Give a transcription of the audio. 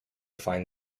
find